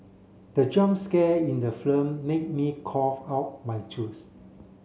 the jump scare in the film made me cough out my juice